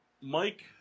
Mike